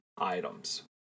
items